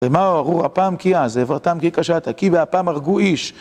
"ארור אפם כי עז ועברתם כי קשתה, כי באפם הרגו איש".